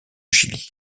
chili